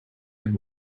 and